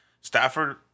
Stafford